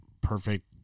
perfect